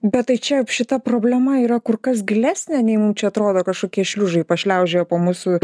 bet tai čia šita problema yra kur kas gilesnė nei mum čia atrodo kažkokie šliužai pašliaužioja po mūsų